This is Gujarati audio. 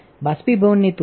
બાષ્પીભવનની તુલનામાં